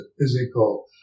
physical